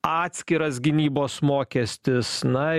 atskiras gynybos mokestis na